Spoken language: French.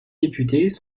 députés